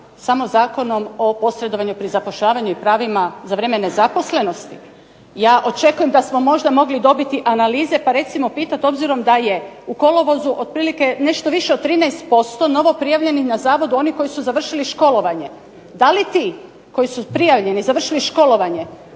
samo Zakonom o posredovanju pri zapošljavanju i pravima za vrijeme nezaposlenosti? Ja očekujem da smo možda mogli dobiti analize pa recimo pitati obzirom da je u kolovozu otprilike nešto više od 13% novoprijavljenih na zavodu onih koji su završili školovanje. Da li ti koji su prijavljeni završili školovanje